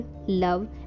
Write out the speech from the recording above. love